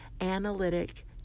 analytic